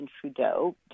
Trudeau